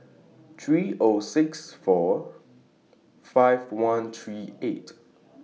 three Zero six four five one three eight